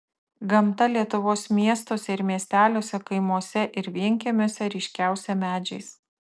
gamta lietuvos miestuose ir miesteliuose kaimuose ir vienkiemiuose ryškiausia medžiais